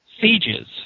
Sieges